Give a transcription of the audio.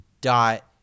dot